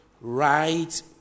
right